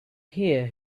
here